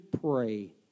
pray